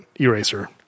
Eraser